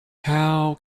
how